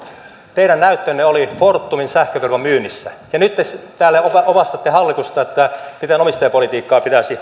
teidän näyttönne oli fortumin sähköverkon myynnissä ja nyt te täällä opastatte hallitusta miten omistajapolitiikkaa pitäisi